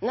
I